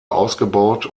ausgebaut